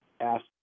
ask